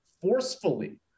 forcefully